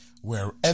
wherever